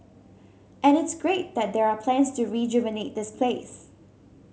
and it's great that there are plans to rejuvenate this place